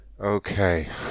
Okay